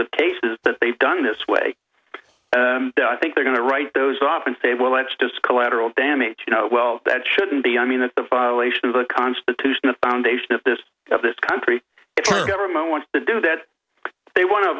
of cases that they've done in this way i think they're going to write those off and say well that's just collateral damage you know well that shouldn't be i mean that's a violation of the constitution the foundation of this of this country if our government wants to do that they